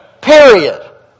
Period